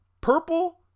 purple